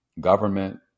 government